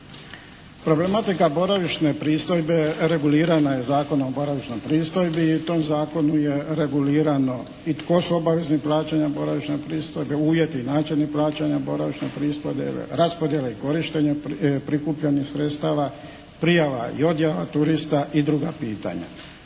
Problematika boravišne pristojbe regulirana je Zakonom o boravišnoj pristojbi i u tom zakonu je regulirano i tko su obvezni plaćanja boravišne pristojbe, uvjeti i načini plaćanja boravišne pristojbe, raspodjele i korištenje prikupljenih sredstava, prijava i odjava turista i druga pitanja.